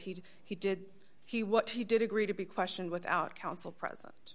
did he did he what he did agree to be questioned without counsel present